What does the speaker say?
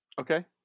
Okay